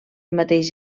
mateix